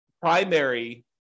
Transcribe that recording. primary